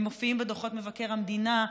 הם מופיעים בדוחות מבקר המדינה,